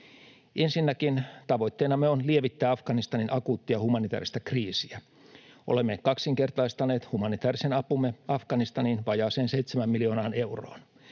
Ensinnäkin tavoitteenamme on lievittää Afganistanin akuuttia humanitääristä kriisiä. Olemme kaksinkertaistaneet humanitäärisen apumme Afganistaniin vajaaseen 7 miljoonaan euroon.